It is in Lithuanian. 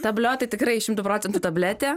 tablio tai tikrai šimtu procentų tabletė